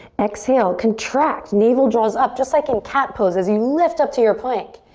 exhale, contract. navel draws up just like in cat pose as you lift up to your plank.